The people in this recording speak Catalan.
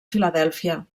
filadèlfia